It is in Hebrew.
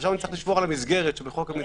חשבנו שצריך לשמור על המסגרת ולתת,